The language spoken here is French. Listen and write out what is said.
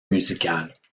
musicales